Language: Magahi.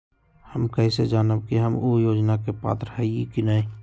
हम कैसे जानब की हम ऊ योजना के पात्र हई की न?